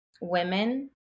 women